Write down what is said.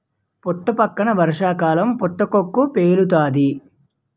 పుట్టపక్కన వర్షాకాలంలో పుటకక్కు పేలుతాది